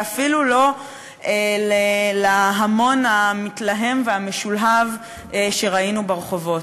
ואפילו לא להמון המתלהם והמשולהב שראינו ברחובות.